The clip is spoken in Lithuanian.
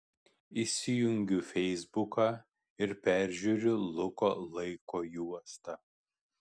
įsijungiu feisbuką ir peržiūriu luko laiko juostą